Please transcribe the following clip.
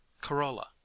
corolla